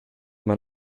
man